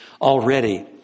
Already